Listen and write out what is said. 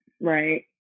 Right